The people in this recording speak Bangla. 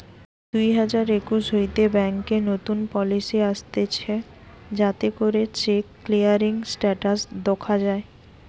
দুই হাজার একুশ হইতে ব্যাংকে নতুন পলিসি আসতিছে যাতে করে চেক ক্লিয়ারিং স্টেটাস দখা যায়